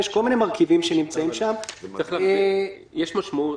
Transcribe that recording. יש כל מיני מרכיבים שנמצאים שם --- יש משמעות